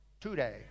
today